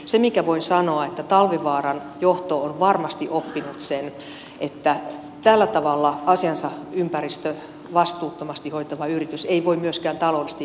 se minkä voin sanoa on se että talvivaaran johto on varmasti oppinut sen että tällä tavalla asiansa ympäristövastuuttomasti hoitava yritys ei voi myöskään taloudellisesti menestyä